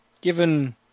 given